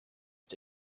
the